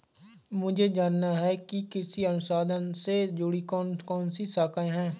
मुझे जानना है कि कृषि अनुसंधान से जुड़ी कौन कौन सी शाखाएं हैं?